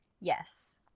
Yes